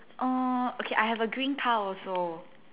uh okay I have a green car also